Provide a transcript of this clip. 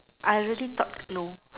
I really thought no